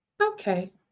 Okay